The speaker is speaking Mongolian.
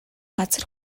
газар